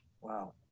Wow